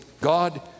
God